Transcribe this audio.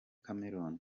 cameroon